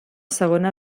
segona